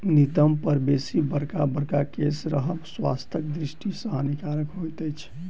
नितंब पर बेसी बड़का बड़का केश रहब स्वास्थ्यक दृष्टि सॅ हानिकारक होइत छै